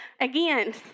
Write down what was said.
again